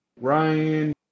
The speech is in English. Ryan